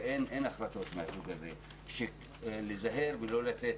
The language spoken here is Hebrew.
ואין החלטות מהסוג הזה של להיזהר ולא לתת